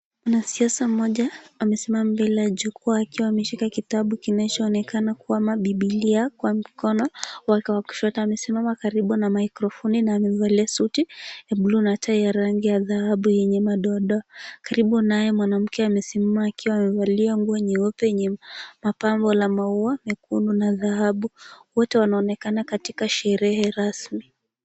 Mwanasiasa mmoja amesimama mbele ya jukwaa akiwa ameshika kitabu kinachoonekana kuwa kama bibilia kwa mkono wake wa kushoto amesimama karibu na maikrofoni na amevalia suti ya bluu tai ya rangi ya dhahabu yenye madoadoa. Karibu naye mwanamke amesimama akiwa amevalia nguo nyeupe yenye mapambo la maua mekundu na dhahabu. Wote wanaonekana katika sherehe rasmi.